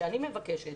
אני מבקשת